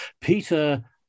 Peter